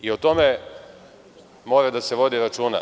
O tome mora da se vodi računa.